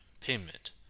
payment